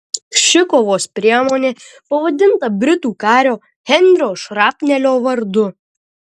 ši kovos priemonė pavadinta britų kario henrio šrapnelio vardu